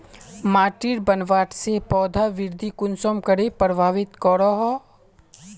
माटिर बनावट से पौधा वृद्धि कुसम करे प्रभावित करो हो?